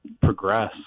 progress